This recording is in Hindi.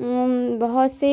उह्ह बहुत से